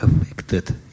affected